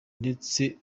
ndetse